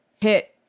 hit